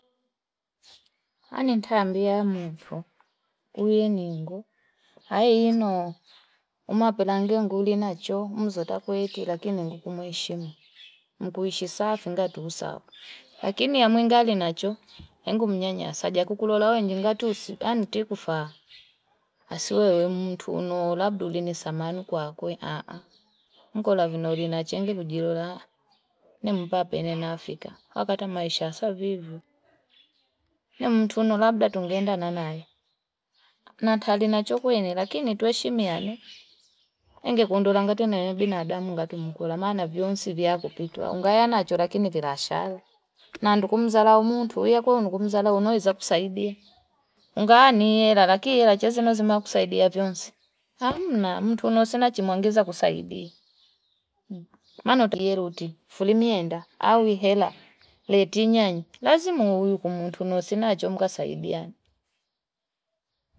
Ani nitaambia ya mtu, uwe ni ngu. Haino, umapilangia ngu lina cho, mzota kwetu, lakini ngu kumuishi mtu. Mkuishi safi nga tuhusawa. Lakini ya mwinga lina cho, ngu mnyanya saja kukulolawe njinga tu, anitikufa. Asiwewe mtu, noo, labdu lini samanu kwa kwenye aaa. Mkola vino lina chengi kujilola. Ni mpapa ene na afika, wakata maisha, savivu. Ni mtu noo, labda tungenda nanayo. Natali na cho kwene, lakini tuweshi miyane. Enge kundulangati na mbina adamu nga kimukula. Maana vionsi viyako kituwa. Ungaya na achorakini virashala. Na ndukumuza lao mtu, uwe ndukumuza lao noo hiza kusaidia. Ungaya ni hila, lakini hila chazi nazima kusaidia vionsi. Hamna, mtu noo zina chimuangiza kusaidia. Mano tagie ruti, fulimie enda. Hawi ela letinyanya lazima uwiku muntu nosi nacho mkasaidiana.